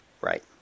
Right